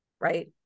right